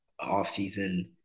offseason